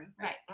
Right